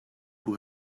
who